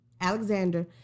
Alexander